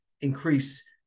increase